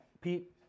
Pete